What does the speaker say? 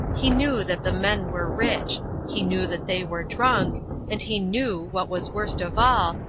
he knew that the men were rich he knew that they were drunk and he knew, what was worst of all,